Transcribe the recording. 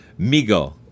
migo